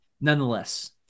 Nonetheless